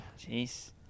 jeez